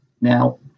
Now